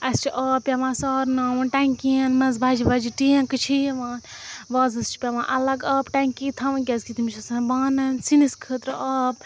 اَسہِ چھُ آب پٮ۪وان سارناوُن ٹٮ۪نٛکِیَن منٛز بَجہِ بَجہِ ٹینٛکہٕ چھِ یِوان وازَس چھِ پٮ۪وان اَلگ آبہٕ ٹٮ۪نٛکی تھاوٕنۍ کیٛازِکہِ تٔمِس چھِ آسان بانَن سِنِس خٲطرٕ آب